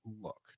look